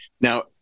Now